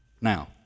Now